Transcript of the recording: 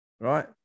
right